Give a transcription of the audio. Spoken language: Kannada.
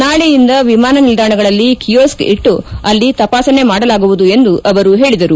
ನಾಳೆಯಿಂದ ವಿಮಾನ ನಿಲ್ಲಾಣಗಳಲ್ಲಿ ಕಿಯೋಸ್ತ್ ಇಟ್ಟು ಅಲ್ಲಿ ತಪಾಸಣೆ ಮಾಡಲಾಗುವುದು ಎಂದು ಹೇಳಿದರು